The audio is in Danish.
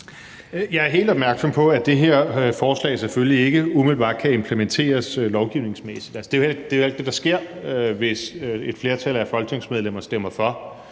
Jeg er helt opmærksom på, at det her forslag selvfølgelig ikke umiddelbart kan implementeres lovgivningsmæssigt. Det er jo heller ikke det, der sker, hvis et flertal af Folketingets medlemmer stemmer for.